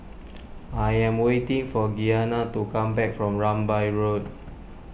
I am waiting for Gianna to come back from Rambai Road